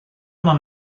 non